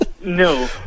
No